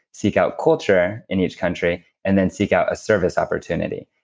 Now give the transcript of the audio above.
seek out culture in each country. and then seek out a service opportunity.